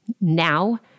now